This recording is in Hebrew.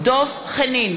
דב חנין,